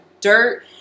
dirt